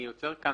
אני עוצר כאן.